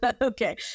Okay